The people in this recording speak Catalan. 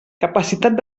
capacitat